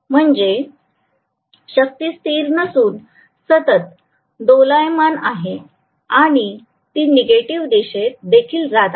म्हणजे शक्ती स्थिर नसून सतत दोलायमान आहे आणि ती निगेटिव्ह दिशेत देखील जात आहे